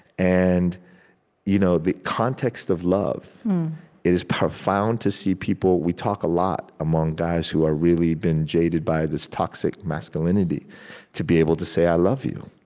and you know the context of love it is profound to see people we talk a lot, among guys who have really been jaded by this toxic masculinity to be able to say i love you.